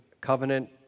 covenant